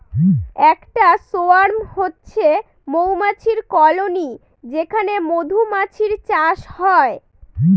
একটা সোয়ার্ম হচ্ছে মৌমাছির কলোনি যেখানে মধুমাছির চাষ হয়